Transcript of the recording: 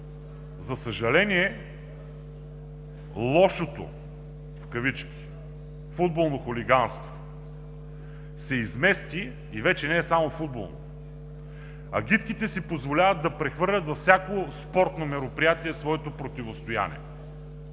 за съжаление, лошото в кавички футболно хулиганство се измести и вече не е само футболно. Агитките си позволяват да прехвърлят във всяко спортно мероприятие своето противостоене.